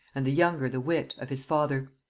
and the younger the wit, of his father.